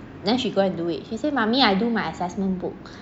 then she go and do it she say mommy I do my assessment book